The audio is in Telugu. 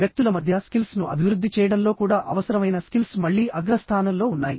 వ్యక్తుల మధ్య స్కిల్స్ ను అభివృద్ధి చేయడంలో కూడా అవసరమైన స్కిల్స్ మళ్లీ అగ్రస్థానంలో ఉన్నాయి